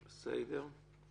בסדר.